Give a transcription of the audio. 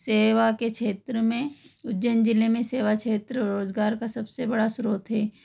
सेवा के क्षेत्र में उज्जैन जिले में सेवा क्षेत्र रोजगार का सबसे बड़ा स्रोत है